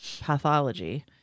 pathology